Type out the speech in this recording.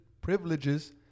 privileges